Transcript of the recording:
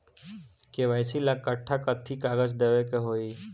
KYC ला कट्ठा कथी कागज देवे के होई?